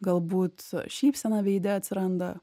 galbūt šypsena veide atsiranda